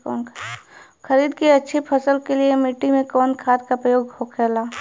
खरीद के अच्छी फसल के लिए मिट्टी में कवन खाद के प्रयोग होखेला?